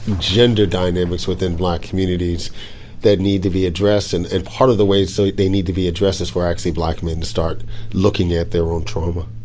gender dynamics within black communities that need to be addressed. and and part of the way so they need to be addressed is for actually black men to start looking at their own trauma.